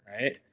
Right